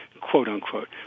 quote-unquote